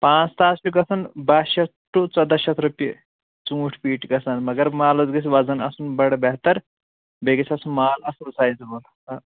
پانٛژھ تَہہ حظ چھُ گژھان باہ شتھ ٹُو ژۄداہ شتھ رۄپیہِ ژوٗنٛٹھۍ پیٖٹۍ گژھان مگر مالس گژھِ وزَن آسُن بڈٕ بہتر بیٚیہِ گژھِ آسُن مال اَصٕل سایزٕ وول